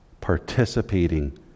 participating